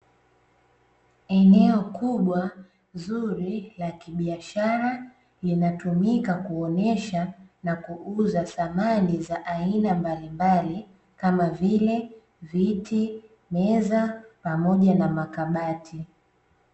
Eneo kubwa zuri la kibiashara, linatumika kuonesha na kuuza samani za aina mbalimbali kama vile; viti, meza, pamoja na makabati.